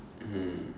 mm